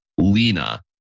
Lena